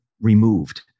removed